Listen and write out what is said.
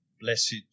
blessed